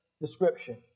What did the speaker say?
description